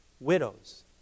widows